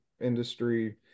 industry